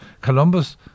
Columbus